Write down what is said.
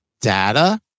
data